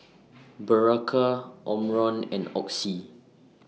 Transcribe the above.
Berocca Omron and Oxy